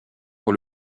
pour